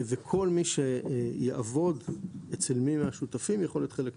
וכל מי שיעבוד אצל מי מהשותפים יכול להיות חלק מהקהילה.